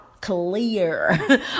clear